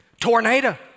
tornado